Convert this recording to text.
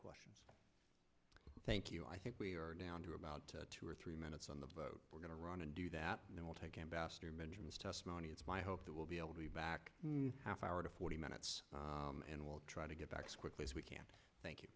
questions thank you i think we are down to about two or three minutes on the but we're going to run and do that and then we'll take ambassador mention his testimony it's my hope that we'll be able to be back half hour to forty minutes and we'll try to get back quickly as we can thank you